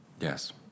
Yes